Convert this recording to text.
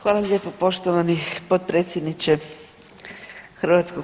Hvala lijepo poštovani potpredsjedniče HS.